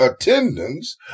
attendance